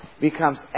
becomes